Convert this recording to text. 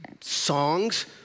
songs